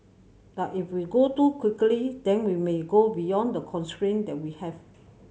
but if we go too quickly then we may go beyond the constraint that we have